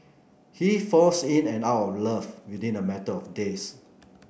he falls in and out of love within a matter of days